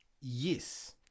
Yes